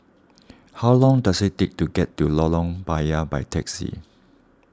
how long does it take to get to Lorong Payah by taxi